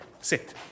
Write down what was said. sit